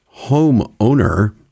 homeowner